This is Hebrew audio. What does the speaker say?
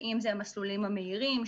ואם זה המסלולים המהירים,